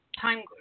time